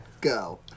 Go